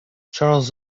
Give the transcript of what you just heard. charles